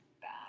bad